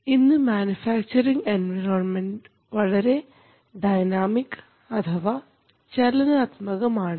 ഇന്ന് manufacturing environment വളരെ dynamic അഥവാ ചലനാത്മകം ആണ്